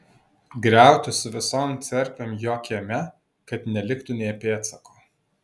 griauti su visom cerkvėm jo kieme kad neliktų nė pėdsako